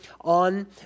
on